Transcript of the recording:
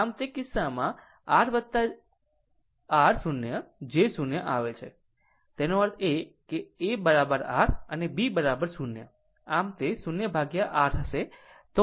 આમ તે કિસ્સામાં જો R r 0 j 0 આવે છે તેનો અર્થ એ કે a R અને b 0